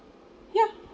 ya